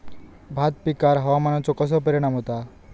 भात पिकांर हवामानाचो कसो परिणाम होता?